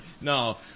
No